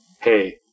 Hey